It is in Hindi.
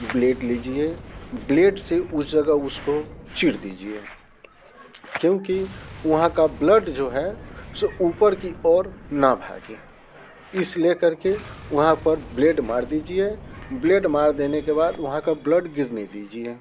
ब्लेड लीजिए ब्लेड से उस जगह उसको चीर दीजिए क्योंकि वहाँ का ब्लड जो है सो ऊपर की ओर ना भागे इस ले कर के वहाँ पर ब्लेड मार दीजिए ब्लेड मार देने के बाद वहाँ का ब्लड गिरने दीजिए